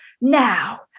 now